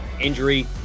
injury